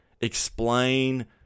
Explain